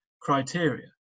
criteria